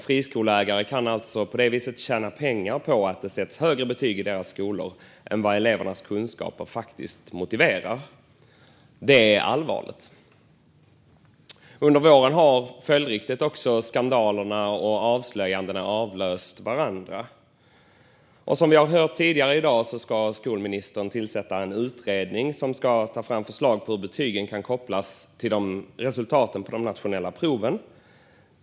Friskoleägare kan på det viset tjäna pengar på att det sätts högre betyg i deras skolor än vad elevernas kunskaper faktiskt motiverar. Det är allvarligt. Under våren har följdriktigt skandalerna och avslöjandena avlöst varandra. Som vi har hört tidigare ska skolministern tillsätta en utredning som ska ta fram förslag på hur betygen kan kopplas till resultaten på de nationella proven.